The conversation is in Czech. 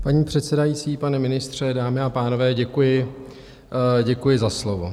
Paní předsedající, pane ministře, dámy a pánové, děkuji za slovo.